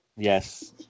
Yes